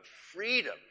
freedom